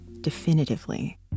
definitively